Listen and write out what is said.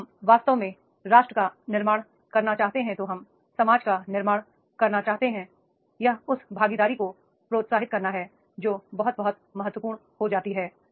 यदि हम वास्तव में राष्ट्र का निर्माण करना चाहते हैं तो हम समाज का निर्माण करना चाहते हैं यह उस भागीदारी को प्रोत्साहित करना है जो बहुत बहुत महत्वपूर्ण हो जाती है